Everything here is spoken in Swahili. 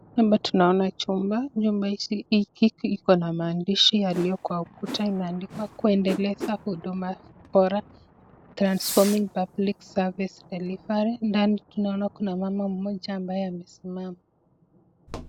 Hapa tunaona chumba , nyumba hili iko na maandishi yaliyo kwa ukuta imeandikwa kuendeleza huduma bora, (cs)transforming(cs) public (cs)service (cs)delivery(cs). Ndani tunaona kuna mama mmoja ambaye amesimama.